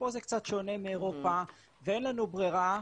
ופה זה קצת שונה מאירופה ואין לנו ברירה.